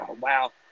wow